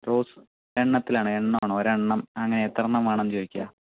rose എണ്ണത്തിലാണ് എണ്ണമാണ് ഒരെണ്ണം അങ്ങനെ എത്രയെണ്ണം വേണമെന്ന് ചോദിക്കുവ